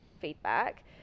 feedback